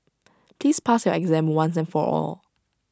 please pass your exam once and for all